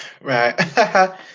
right